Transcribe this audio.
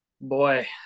boy